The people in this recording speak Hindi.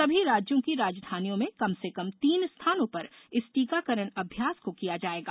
सभी राज्यों की राजधानियों में कम से कम तीन स्थानों पर इस टीकाकरण अभ्यास को किया जाएगा